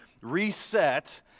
reset